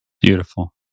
Beautiful